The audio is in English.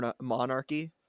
monarchy